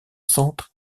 centre